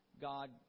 God